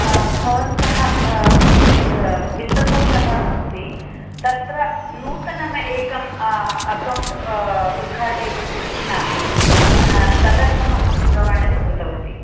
भवन्तः एत् वित्तकोशः अस्ति तत्र नूतनम् एकम् अकाउण्ट उद्घाटयितुम् इच्छामि तदर्थम् अहम् दुरवाणीम् कृतवती